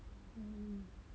um